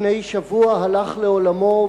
לפני שבוע הלך לעולמו,